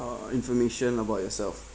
uh information about yourself